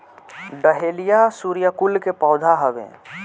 dahlia सूर्यकुल के पौधा हवे